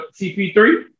CP3